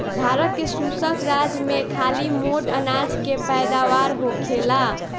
भारत के शुष्क राज में खाली मोट अनाज के पैदावार होखेला